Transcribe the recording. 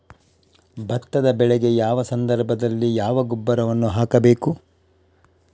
ಭತ್ತದ ಬೆಳೆಗೆ ಯಾವ ಸಂದರ್ಭದಲ್ಲಿ ಯಾವ ಗೊಬ್ಬರವನ್ನು ಹಾಕಬೇಕು?